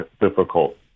difficult